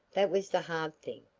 that was the hard thing,